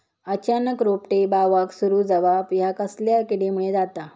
अचानक रोपटे बावाक सुरू जवाप हया कसल्या किडीमुळे जाता?